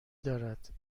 دارد